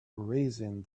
raising